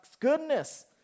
Goodness